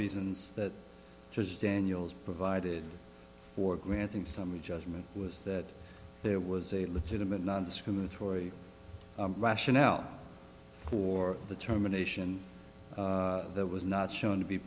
reasons that was daniel's provided for granting summary judgment was that there was a legitimate nondiscriminatory rationale for the termination that was not shown to be